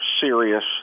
serious